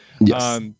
Yes